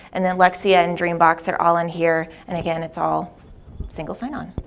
and then lexia and dreambox are all in here, and again it's all single sign on.